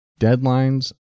Deadlines